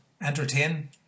entertain